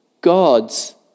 God's